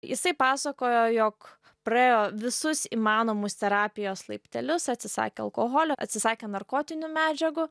jisai pasakojo jog praėjo visus įmanomus terapijos laiptelius atsisakė alkoholio atsisakė narkotinių medžiagų